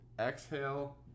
exhale